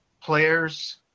players